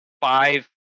five